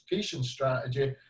strategy